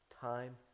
time